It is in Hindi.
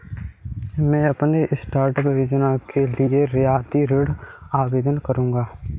मैं अपने स्टार्टअप योजना के लिए रियायती ऋण हेतु आवेदन करूंगा